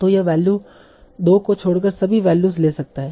तो यह वैल्यू 2 को छोड़कर सभी वैल्यूज ले सकता है